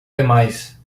demais